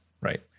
right